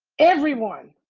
everyone,